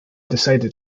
decided